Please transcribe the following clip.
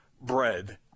bread